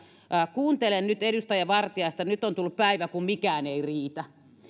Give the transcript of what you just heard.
kuuntelen nyt edustaja vartiaista ja nyt on tullut päivä kun mikään ei riitä